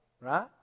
right